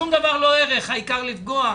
שום דבר לא ערך, העיקר לפגוע.